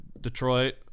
Detroit